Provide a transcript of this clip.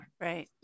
Right